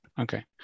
okay